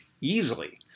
easily